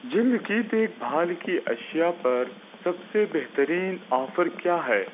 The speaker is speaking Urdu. جلد کی دیکھ بھال کی اشیا پر سب سے بہترین آفر کیا ہے